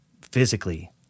physically